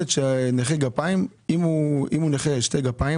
נכה גפיים אם הוא נכה שתי גפים